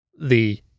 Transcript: the-